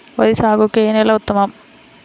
వరి సాగుకు ఏ నేల ఉత్తమం?